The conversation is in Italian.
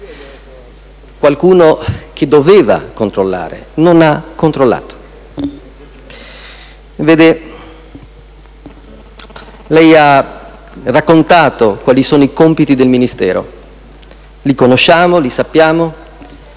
Qualcuno che doveva controllare non ha controllato. Lei ha raccontato quali sono i compiti del Ministero, che conosciamo. Penso